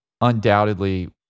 undoubtedly